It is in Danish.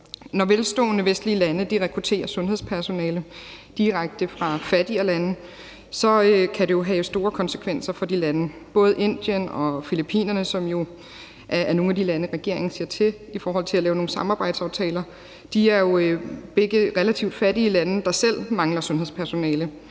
Når velstående vestlige lande rekrutterer sundhedspersonale direkte fra fattigere lande, kan det jo have store konsekvenser for de lande. Både Indien og Filippinerne, som jo er nogle af de lande, regeringen ser til i forhold til at lave nogle samarbejdsaftaler, er jo begge relativt fattige lande, der selv mangler sundhedspersonale